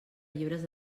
llibres